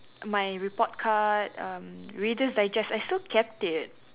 my report card erm reader's digest I still kept it